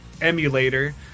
...emulator